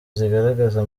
zigaragaza